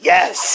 Yes